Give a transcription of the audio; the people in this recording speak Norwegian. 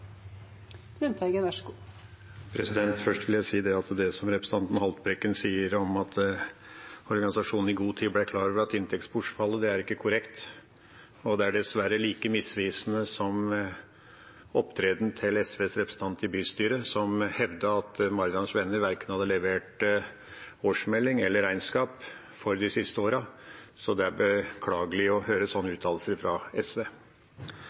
Haltbrekken sier om at organisasjonen i god tid ble klar over inntektsbortfallet, ikke er korrekt. Det er dessverre like misvisende som opptredenen til SVs representant i bystyret, som hevdet at Maridalens Venner verken hadde levert årsmelding eller regnskap for de siste årene. Det er beklagelig å høre sånne uttalelser fra SV.